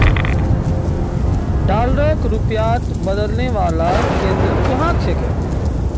डॉलरक रुपयात बदलने वाला केंद्र कुहाँ छेक